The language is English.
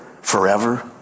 forever